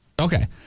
Okay